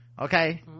Okay